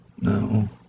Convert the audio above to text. No